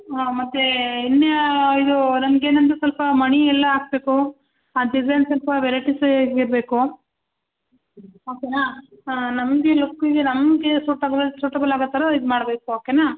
ಹಾಂ ಮತೇ ಇನ್ಯಾ ಇದೂ ನನ್ಗೆ ಏನೆಂದ್ರೆ ಸ್ವಲ್ಪ ಮಣಿ ಎಲ್ಲ ಹಾಕ್ಬೇಕು ಆ ಡಿಸೈನ್ ಸ್ವಲ್ಪ ವೆರೈಟಿಸ್ ಆಗಿರಬೇಕು ಓಕೆಯ ಹಾಂ ನಮಗೆ ಲುಕ್ಕಿಗೆ ನಮಗೆ ಸೂಟಾಗೊವಲ ಸೂಟೆಬಲ್ ಆಗೋ ಥರ ಇದು ಮಾಡ್ಬೇಕು ಓಕೆಯ